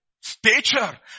stature